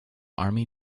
army